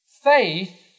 faith